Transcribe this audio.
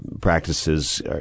practices